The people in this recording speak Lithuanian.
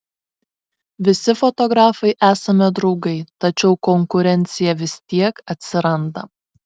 visi fotografai esame draugai tačiau konkurencija vis tiek atsiranda